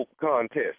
contest